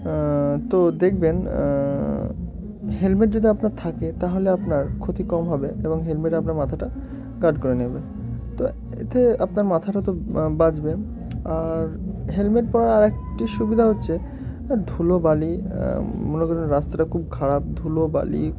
তো দেখবেন হেলমেট যদি আপনার থাকে তাহলে আপনার ক্ষতি কম হবে এবং হেলমেটে আপনার মাথাটা গার্ড করে নেবে তো এতে আপনার মাথাটা তো বাঁচবে আর হেলমেট পরার আরেকটি সুবিধা হচ্ছে ধুলো বালি মনে করেন রাস্তাটা খুব খারাপ ধুলো বালি